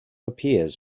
appears